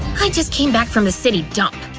i just came back from the city dump!